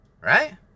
right